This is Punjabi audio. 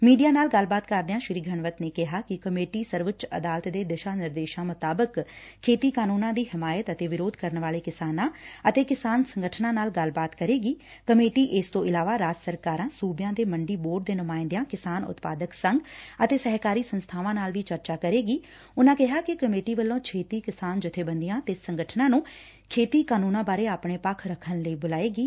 ਮੀਡੀਆ ਨਾਲ ਗੱਲਬਾਤ ਕਰਦਿਆਂ ਸ੍ਰੀ ਘਣਵੱਤ ਨੇ ਕਿਹਾ ਕਿ ਕਮੇਟੀ ਸਰਵਉੱਚ ਅਦਾਲਤ ਦੇ ਦਿਸ਼ਾ ਨਿਰਦੇਸ਼ਾਂ ਅਨੁਸਾਰ ਖੇਤੀ ਕਾਨੂੰਨਾਂ ਦੀ ਹਿਮਾਇਤ ਅਤੇ ਵਿਰੋਧ ਕਰਨ ਵਾਲੇ ਕਿਸਾਨਾਂ ਅਤੇ ਕਿਸਾਨ ਸੰਗਠਨਾਂ ਨਾਲ ਗੱਲਬਾਤ ਕਰੇਗੀ ਕਮੇਟੀ ਇਸ ਤੋਂ ਇਲਾਵਾ ਰਾਜ ਸਰਕਾਰਾ ਸੁਬਿਆ ਦੇ ਮੰਡੀ ਬੋਰਡ ਦੇ ਨੁਮਾਇਦਿਆ ਕਿਸਾਨ ਉਤਪਾਦਕ ਸੰਘ ਅਤੇ ਸਹਿਕਾਰੀ ਸੰਸਬਾਵਾ ਨਾਲ ਵੀ ਚਰਚਾ ਕਰੇਗੀ ਉਨੂਾਂ ਕਿਹਾਂ ਕਿ ਕਮੇਟੀ ਵੱਲੋਂ ਛੇਤੀ ਕਿਸਾਨ ਜੱਬੇਬੰਦੀਆਂ ਤੇ ਸੰਗਠਨਾਂ ਨੂੰ ਖੇਤੀ ਕਾਨੂੰਨਾਂ ਬਾਰੇ ਆਪਣੇ ਪੱਖ ਰੱਖਣ ਲਈ ਬੁਲਾਏਗੀ